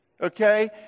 Okay